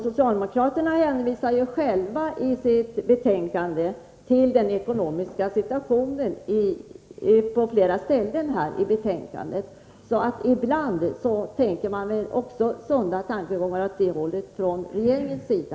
Socialdemokraterna hänvisar ju själva på flera ställen i betänkandet till den ekonomiska situationen, så ibland har man väl också tankegångar åt det hållet från regeringens sida.